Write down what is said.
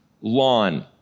lawn